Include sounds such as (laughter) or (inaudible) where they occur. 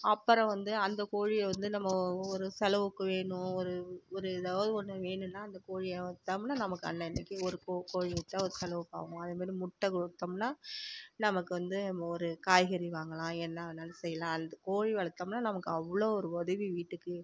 அப்புறம் வந்து அந்த கோழியை வந்து நம்ம ஒரு செலவு கோழிணும் ஒரு ஒரு ஏதோ ஒன்று வேணும்னா அந்த கோழியை விற்றோம்னா நமக்கு அன்னன்னைக்கு ஒரு கோழி வைச்சா ஒரு செலவுக்கு ஆகும் அதேமாதிரி முட்டை விற்றோம்னா நமக்கு வந்து ஒரு காய்கறி வாங்கலாம் என்ன வேணாலும் செய்யலாம் (unintelligible) கோழி வளர்த்தோம்னா நமக்கு அவ்வளோ ஒரு உதவி வீட்டுக்கு